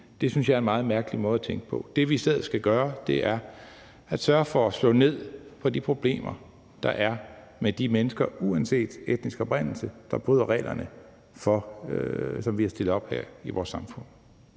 Det synes jeg er en meget mærkelig måde at tænke på. Det, vi i stedet skal gøre, er at sørge for at slå ned på de problemer, der er med de mennesker uanset etnisk oprindelse, der bryder reglerne, som vi har stillet op her i vores samfund.